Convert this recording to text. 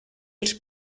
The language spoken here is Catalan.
els